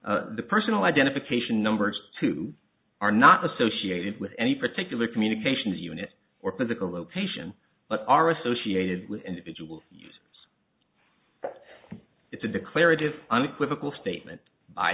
the personal identification numbers two are not associated with any particular communications unit or physical location but are associated with individuals it's a declarative unequivocal statement by